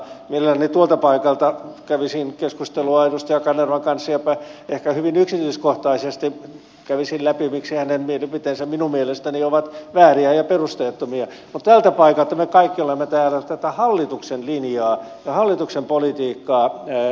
mielelläni tuolta paikalta kävisin keskustelua edustaja kanervan kanssa jopa ehkä hyvin yksityiskohtaisesti kävisin läpi miksi hänen mielipiteensä minun mielestäni ovat vääriä ja perusteettomia mutta tällä paikalla me kaikki olemme täällä tätä hallituksen linjaa ja hallituksen politiikkaa esittelemässä